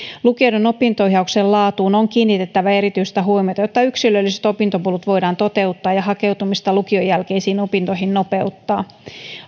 lukioiden opinto ohjauksen laatuun on kiinnitettävä erityistä huomiota jotta yksilölliset opintopolut voidaan toteuttaa ja hakeutumista lukion jälkeisiin opintoihin nopeuttaa